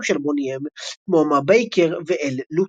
של בוני אם כמו "Ma Baker" ו-"El Lute".